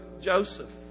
Joseph